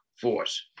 Force